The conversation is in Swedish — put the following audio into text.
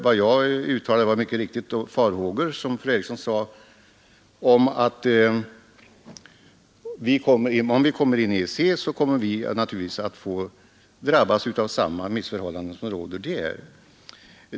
Vad jag uttalade var mycket riktigt farhågor Om att därest vi kommer in. i EEC, kommer vi naturligtvis att drabbas av samma missförhållanden som råder där.